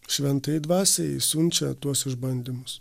šventajai dvasiai siunčia tuos išbandymus